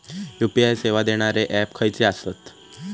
UPI सेवा देणारे app खयचे आसत?